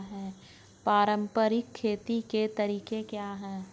पारंपरिक खेती के तरीके क्या हैं?